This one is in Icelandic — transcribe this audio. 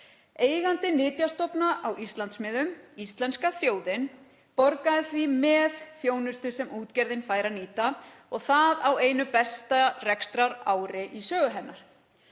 Eigandi nytjastofna á Íslandsmiðum, íslenska þjóðin, borgaði því með þjónustu sem útgerðin fær að nýta og það á einu besta rekstrarári í sögu hennar.